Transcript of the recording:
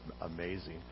amazing